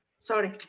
sorry.